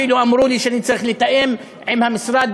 אפילו אמרו לי שאני צריך לתאם עם המשרד